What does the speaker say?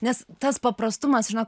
nes tas paprastumas žinok